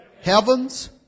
heavens